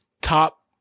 top